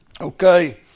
Okay